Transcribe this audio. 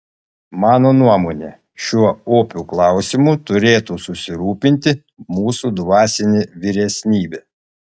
mano nuomone šiuo opiu klausimu turėtų susirūpinti mūsų dvasinė vyresnybė